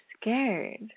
scared